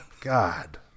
God